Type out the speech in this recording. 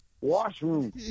Washroom